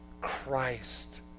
Christ